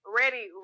ready